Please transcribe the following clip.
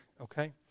okay